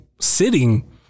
sitting